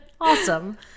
Awesome